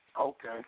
Okay